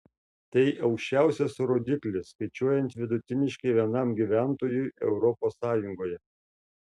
tai aukščiausias rodiklis skaičiuojant vidutiniškai vienam gyventojui europos sąjungoje